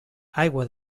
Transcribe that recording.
aigua